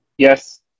Yes